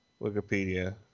Wikipedia